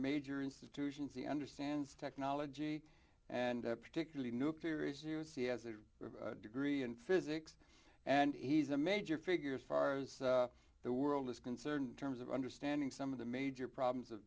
major institutions the understands technology and particularly nuclear is c has a degree in physics and he's a major figures far as the world is concerned terms of understanding some of the major problems of